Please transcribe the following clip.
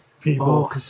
people